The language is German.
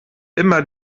immer